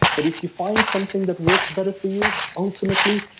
but if you find something that works better for you, ultimately,